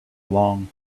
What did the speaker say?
along